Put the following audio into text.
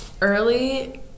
Early